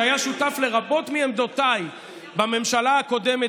שהיה שותף לרבות מעמדותיי בממשלה הקודמת